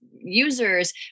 users